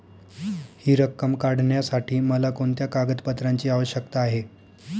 हि रक्कम काढण्यासाठी मला कोणत्या कागदपत्रांची आवश्यकता आहे?